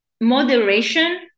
moderation